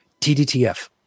TDTF